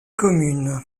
commune